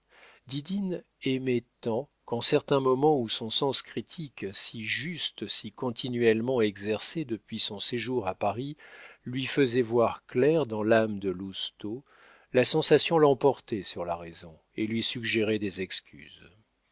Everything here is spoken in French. aimait tant qu'en certains moments où son sens critique si juste si continuellement exercé depuis son séjour à paris lui faisait voir clair dans l'âme de lousteau la sensation l'emportait sur la raison et lui suggérait des excuses